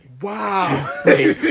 Wow